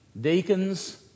Deacons